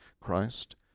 Christ